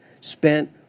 spent